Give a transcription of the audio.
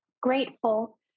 grateful